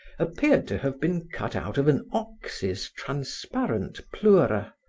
appeared to have been cut out of an ox's transparent pleura,